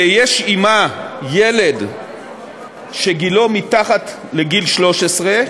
שיש עמה ילד שגילו מתחת לגיל 13,